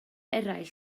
eraill